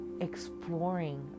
exploring